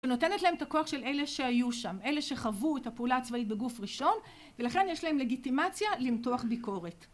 זה נותנת להם את הכוח של אלה שהיו שם, אלה שחוו את הפעולה הצבאית בגוף ראשון, ולכן יש להם לגיטימציה למתוח ביקורת.